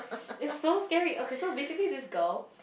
it's so scary okay so basically this girl